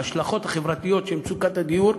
ההשלכות החברתיות של מצוקת הדיור,